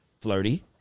flirty